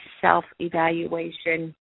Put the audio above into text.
self-evaluation